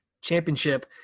championship